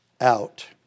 out